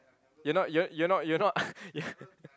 you're not you're you're not you're not ya